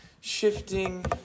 shifting